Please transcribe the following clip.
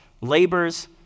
labors